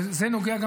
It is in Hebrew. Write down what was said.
וזה נוגע,